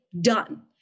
done